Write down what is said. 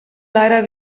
leider